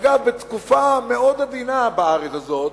אגב בתקופה מאוד עדינה בארץ הזאת,